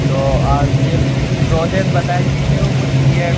तो आप ये प्रौसेस बता दीजिए मेरे को कुछ क्लियर